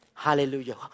Hallelujah